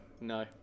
No